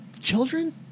Children